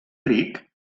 ric